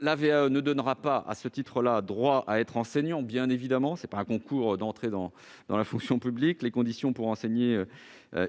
La VAE ne donnera pas non plus le droit d'être enseignant, bien évidemment, car il ne s'agit pas d'un concours d'entrée dans la fonction publique. Les conditions pour enseigner,